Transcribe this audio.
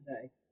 today